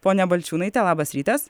ponia balčiūnaite labas rytas